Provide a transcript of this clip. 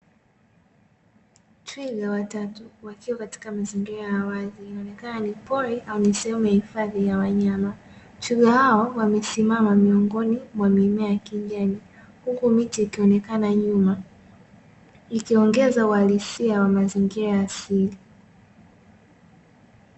Twiga watatu wakiwa katika mazingira ya wazi inaonekana ni pori au ni sehemu ya hifadhi yaa wanyama. Twiga hao wamesimama miongoni mwa mimea ya kijani huku miti ikionekana nyuma ikiongeza uhalisia wa mazingira asili.